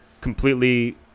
completely